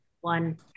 one